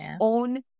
own